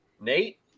Nate